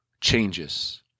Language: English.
changes